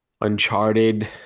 Uncharted